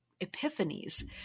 epiphanies